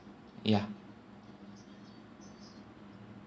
ya